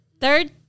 third